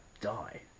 die